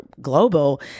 global